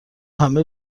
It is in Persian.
همه